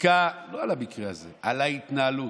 בדיקה לדבר הזה, לא על המקרה הזה, על ההתנהלות.